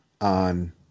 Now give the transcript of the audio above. on